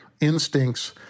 instincts